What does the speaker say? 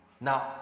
now